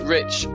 Rich